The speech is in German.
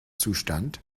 zustand